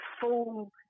full